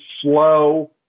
slow